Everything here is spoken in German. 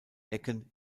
ecken